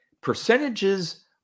percentages